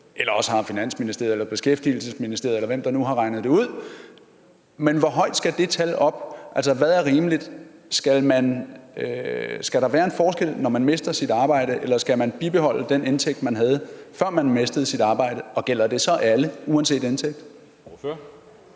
eller også har Finansministeriet eller Beskæftigelsesministeriet, eller hvem der nu har regnet det ud, gjort det? Men hvor højt skal det tal op? Altså, hvad er rimeligt? Skal der være en forskel, når man mister sit arbejde, eller skal man bibeholde den indtægt, man havde, før man mistede sit arbejde, og gælder det så alle uanset indtægt? Kl.